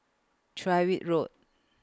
Tyrwhitt Road